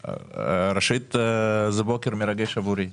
ראשית, זה בוקר מרגש עבורי.